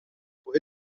fue